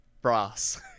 brass